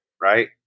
Right